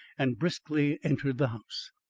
and briskly entered the house.